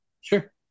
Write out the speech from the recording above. Sure